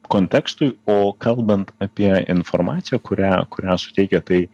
kontekstui o kalbant apie informaciją kurią kurią suteikia tai